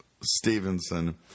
Stevenson